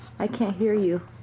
i can't hear you.